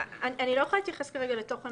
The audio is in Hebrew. אני לא יכולה להתייחס כרגע לתוכן